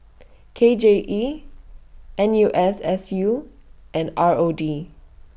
K J E N U S S U and R O D